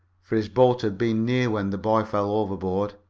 for his boat had been near when the boy fell overboard.